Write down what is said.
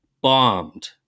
bombed